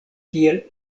kiel